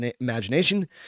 imagination